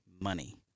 money